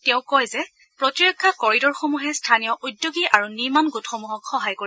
তেওঁ কয় যে প্ৰতিৰক্ষা কৰিডৰসমূহে স্থনীয় উদ্যোগী আৰু নিৰ্মণ গোটসমূহক সহায় কৰিব